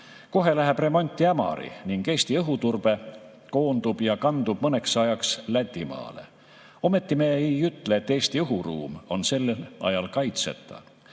Kohe läheb remonti Ämari ning Eesti õhuturve koondub ja kandub mõneks ajaks Lätimaale. Ometi me ei ütle, et Eesti õhuruum on sellel ajal kaitseta.